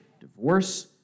divorce